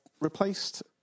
replaced